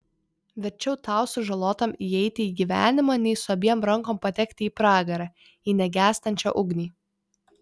verčiau tau sužalotam įeiti į gyvenimą nei su abiem rankom patekti į pragarą į negęstančią ugnį